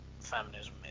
feminism